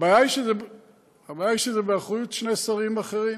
הבעיה היא שזה באחריות שני שרים אחרים: